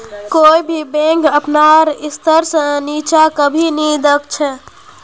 कोई भी बैंक अपनार स्तर से नीचा कभी नी दख छे